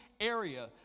area